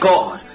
God